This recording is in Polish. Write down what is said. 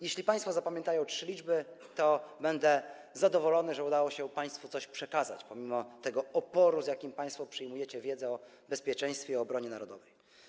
Jeśli państwo zapamiętają trzy liczby, to będę zadowolony, że udało się państwu coś przekazać pomimo tego oporu, z jakim państwo przyjmujecie wiedzę o bezpieczeństwie i obronie narodowej.